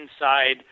inside